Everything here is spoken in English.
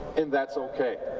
and that's okay.